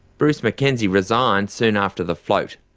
bruce mackenzie resigned soon after the float.